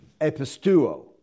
epistuo